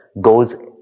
goes